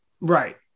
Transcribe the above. Right